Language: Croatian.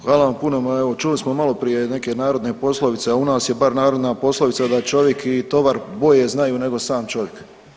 Hvala vam puno, ma evo čuli smo maloprije neke narodne poslovice, a u nas je bar narodna poslovica da čovjek i tovar bolje znaju nego sam čovjek.